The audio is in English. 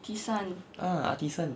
ah artisan